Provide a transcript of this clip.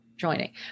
joining